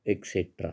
etcetera